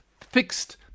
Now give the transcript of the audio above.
fixed